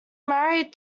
married